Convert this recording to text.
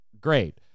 great